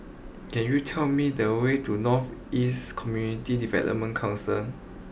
can you tell me the way to North East Community Development Council